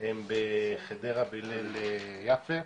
הם בחדרה בהלל יפה,